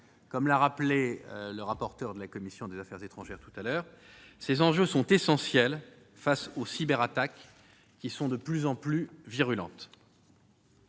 Comme l'a rappelé M. le rapporteur de la commission des affaires étrangères, ces enjeux sont cruciaux face aux cyberattaques, qui sont de plus en plus virulentes.